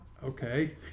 Okay